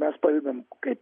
mes padedam kaip